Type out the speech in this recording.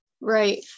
Right